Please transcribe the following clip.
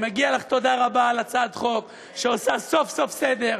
מגיעה לך תודה רבה על הצעת חוק שעושה סוף-סוף סדר.